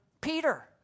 Peter